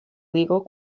legal